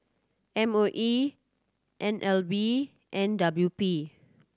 M O E N L B and W P